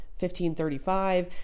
1535